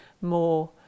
more